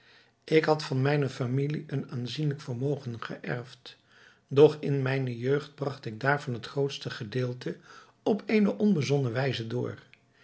ik had van mijne familie een aanzienlijk vermogen geërfd doch in mijne jeugd bragt ik daarvan het grootste gedeelte op eene onbezonnen wijze door